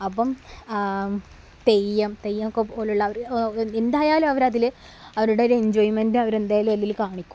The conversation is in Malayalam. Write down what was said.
അപ്പോള് തെയ്യം തെയ്യമൊക്കെ പോലുള്ള അവര് എന്തായാലും അവര് അതില് അവരുടെ ഒരു എൻജോയ്മെന്റ് അവര് എന്തായാലും അതില് കാണിക്കും